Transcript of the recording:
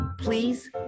please